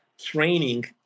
training